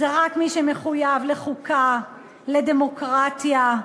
זה רק מי שמחויב לחוקה, לדמוקרטיה,